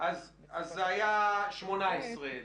זה היה 18 אלף,